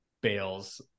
Bale's